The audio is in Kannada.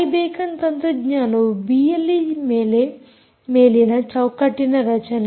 ಐ ಬೇಕನ್ ತಂತ್ರಜ್ಞಾನವು ಬಿಎಲ್ಈ ಮೇಲಿನ ಚೌಕಟ್ಟಿನ ರಚನೆ